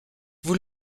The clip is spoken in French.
vous